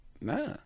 Nah